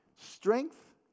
Strength